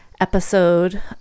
episode